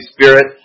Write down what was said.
Spirit